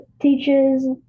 teaches